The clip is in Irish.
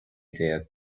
déag